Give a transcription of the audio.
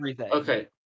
okay